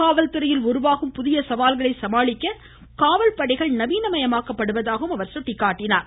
காவல்துறையில் உருவாகும் புதிய சவால்களை சமாளிக்க காவல்படைகள் நவீனமயமாக்கப்படுவதாகவும் அவர் கூறினார்